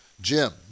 Jim